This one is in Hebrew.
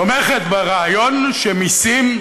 תומכת ברעיון שמיסים,